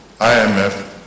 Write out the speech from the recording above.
IMF